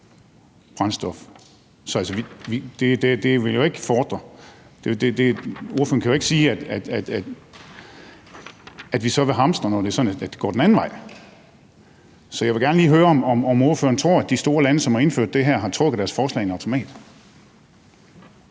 brændstof. Så altså, ordføreren kan jo ikke sige, at vi så vil hamstre, når det er sådan, at det går den anden vej. Så jeg vil gerne lige høre, om ordføreren tror, at de store lande, som har indført det her, har trukket deres forslag i en automat.